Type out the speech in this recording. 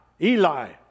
Eli